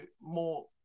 more